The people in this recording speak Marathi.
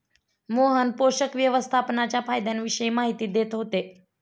मोहन पोषक व्यवस्थापनाच्या फायद्यांविषयी माहिती देत होते